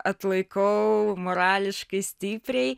atlaikau morališkai stipriai